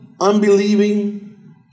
unbelieving